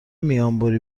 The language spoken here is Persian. میانبری